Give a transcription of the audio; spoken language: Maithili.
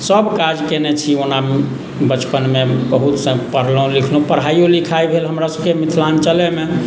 सभ काज कयने छी ओना बचपनमे बहुत्त सँ पढ़लहुँ लिखलहुँ पढ़ाइयो लिखाइ भेल हमरासभके मिथिलाञ्चलेमे